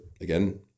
again